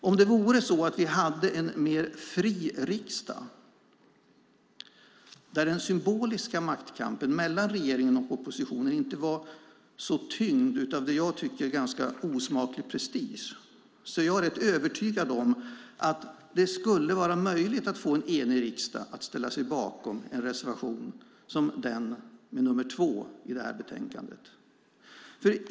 Om vi hade en mer fri riksdag, där den symboliska maktkampen mellan regeringen och oppositionen inte var så tyngd av det jag tycker är ganska osmaklig prestige är jag rätt övertygad om att det skulle vara möjligt att få en enig riksdag att ställa sig bakom en reservation som den som har nr 2 i detta betänkande.